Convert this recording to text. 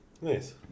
Nice